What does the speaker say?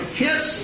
kiss